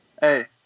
hey